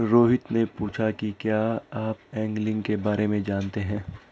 रोहित ने पूछा कि क्या आप एंगलिंग के बारे में जानते हैं?